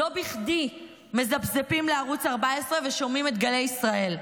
לא בכדי מזפזפים לערוץ 14 ושומעים את גלי ישראל.